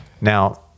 now